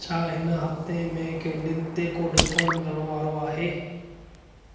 छा हिन हफ़्ते में केंडियुनि ते को डिस्काउंट मिलण वारो आहे